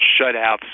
shutouts